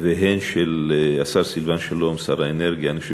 והן של השר סילבן שלום, שר האנרגיה,